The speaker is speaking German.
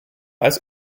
als